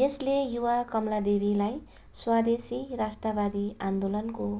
यसले युवा कमलादेवीलाई स्वदेशी राष्ट्रवादी आन्दोलनको